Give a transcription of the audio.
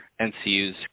NCUs